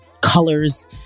colors